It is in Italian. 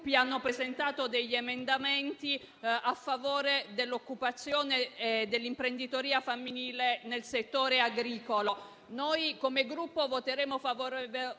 hanno presentato emendamenti a favore dell'occupazione e dell'imprenditoria femminile nel settore agricolo. Noi, come Gruppo, voteremo